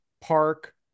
park